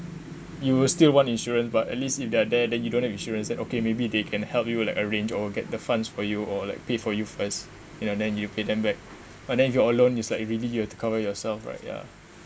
you will still want insurance but at least if they're there than you don't have insurance then okay maybe they can help you like arrange or get the funds for you or like pay for you first you know then you pay them back but then if you're alone is like really you have to cover yourself right ya